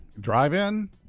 drive-in